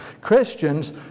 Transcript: Christians